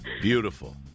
Beautiful